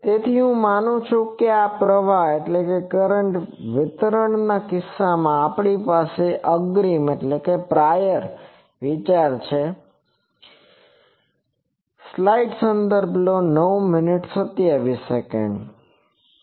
તેથી હું માનું છું કે આ પ્રવાહ વિતરણના કિસ્સામાં આપણી પાસે એક અગ્રીમ વિચાર છે કે દ્વીધ્રુવમાં હોઇ શકે છે